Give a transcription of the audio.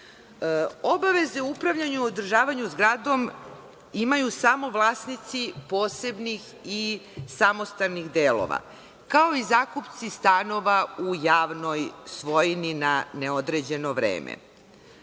u upravljanju i održavanju zgradom imaju samo vlasnici posebnih i samostalnih delova, kao i zakupci stanova u javnoj svojini na neodređeno vreme.